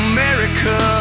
America